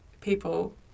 people